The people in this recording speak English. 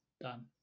done